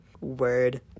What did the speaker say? Word